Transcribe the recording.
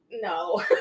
no